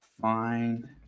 Find